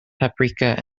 paprika